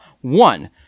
One